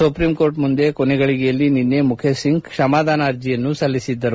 supreme Court ಮುಂದೆ ಕೊನೆಗಳಿಗೆಯಲ್ಲಿ ನಿನೈ ಮುಖೇಶ್ ಸಿಂಗ್ ಕ್ರಮಾದಾನ ಅರ್ಜಿಯನ್ನು ಸಲ್ಲಿಸಿದ್ದರು